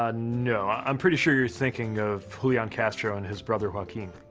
ah no. i'm pretty sure you're thinking of julian castro and his brother, joaquin.